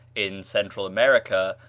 in central america,